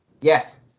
Yes